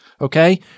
okay